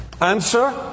Answer